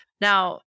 Now